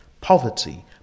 poverty